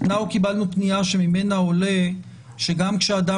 אנחנו קיבלנו פנייה שממנה עולה שגם כשאדם